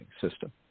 system